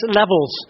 levels